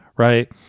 Right